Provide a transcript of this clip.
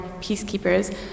peacekeepers